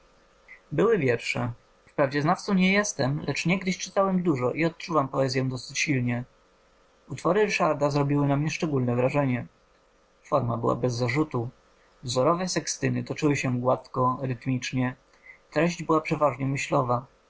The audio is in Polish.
były wiersze wprawdzie znawcą nie jestem lecz niegdyś czytałem dużo i odczuwam poezyę dość silnie utwory ryszarda zrobiły na mnie szczególne wrażenie forma była bez zarzutu wzorowe sekstyny toczyły się gładko rytmicznie treść była przeważnie myślowa